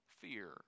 fear